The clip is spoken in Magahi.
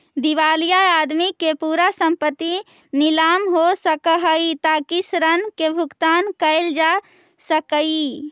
दिवालिया आदमी के पूरा संपत्ति नीलाम हो सकऽ हई ताकि ऋण के भुगतान कैल जा सकई